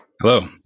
Hello